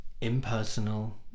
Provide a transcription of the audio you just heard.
impersonal